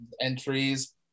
entries